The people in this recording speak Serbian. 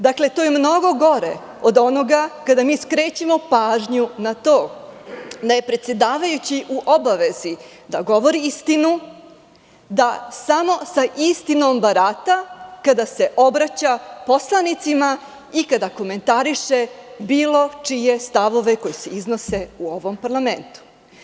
Dakle, to je mnogo gore od onoga kada mi skrećemo pažnju na to da je predsedavajući u obavezi da govori istinu, da samo sa istinom barata kada se obraća poslanicima i kada komentariše bilo čije stavove koji se iznose u ovom parlamentu.